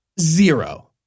zero